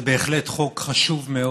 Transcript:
זה בהחלט חוק חשוב מאוד.